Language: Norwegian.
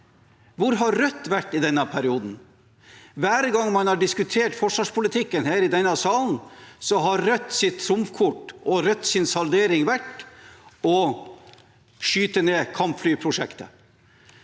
Hvor har Rødt vært i denne perioden? Hver gang man har diskutert forsvarspolitikken her i denne salen, har Rødts trumfkort og Rødts saldering vært å skyte ned kampflyprosjektet.